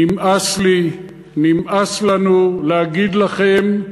נמאס לי, נמאס לנו להגיד לכם: